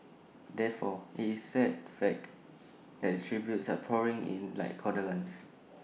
therefore IT is sad fact that the tributes are pouring in like condolences